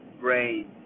brain